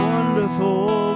Wonderful